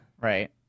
Right